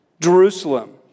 Jerusalem